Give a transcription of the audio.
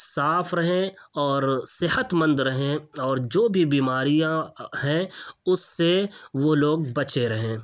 صاف رہیں اور صحت مند رہیں اور جو بھی بیماریاں ہیں اس سے وہ لوگ بچے رہیں